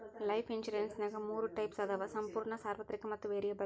life ಇನ್ಸುರೆನ್ಸ್ನ್ಯಾಗ ಮೂರ types ಅದಾವ ಸಂಪೂರ್ಣ ಸಾರ್ವತ್ರಿಕ ಮತ್ತ ವೇರಿಯಬಲ್